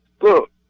look